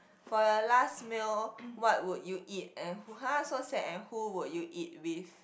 for last meal what would you eat and who har so sad and who would you eat with